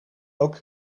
ook